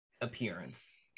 appearance